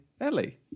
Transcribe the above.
Ellie